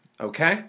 okay